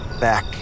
back